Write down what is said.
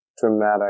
dramatic